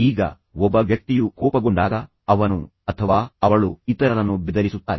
ಈಗ ಒಬ್ಬ ವ್ಯಕ್ತಿಯು ಕೋಪಗೊಂಡಾಗ ಅವನು ಅಥವಾ ಅವಳು ಇತರರನ್ನು ಬೆದರಿಸುತ್ತಾರೆ